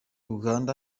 uganda